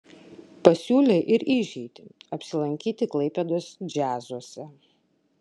pasiūlė ir išeitį apsilankyti klaipėdos džiazuose